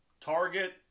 Target